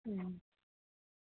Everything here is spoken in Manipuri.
ꯎꯝ